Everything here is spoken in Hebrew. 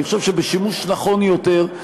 אני חושב שבשימוש נכון יותר,